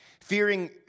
Fearing